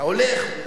אתה הולך,